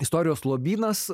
istorijos lobynas